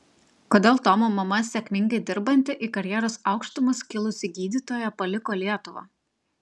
kodėl tomo mama sėkmingai dirbanti į karjeros aukštumas kilusi gydytoja paliko lietuvą